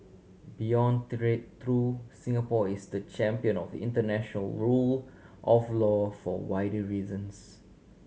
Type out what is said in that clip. beyond trade though Singapore is the champion of international rule of law for wider reasons